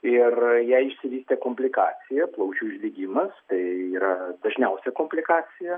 ir jai išsivystė komplikacija plaučių uždegimas tai yra dažniausia komplikacija